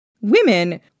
women